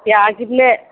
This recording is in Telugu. ప్యాకిట్లు